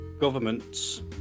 governments